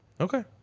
Okay